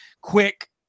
quick